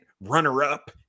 runner-up